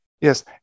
yes